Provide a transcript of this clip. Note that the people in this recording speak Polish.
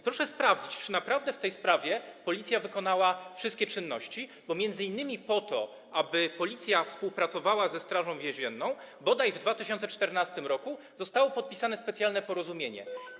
Proszę sprawdzić, czy w tej sprawie Policja naprawdę wykonała wszystkie czynności, bo m.in. po to, aby Policja współpracowała ze Strażą Więzienną, bodaj w 2014 r. zostało podpisane specjalne porozumienie.